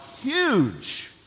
huge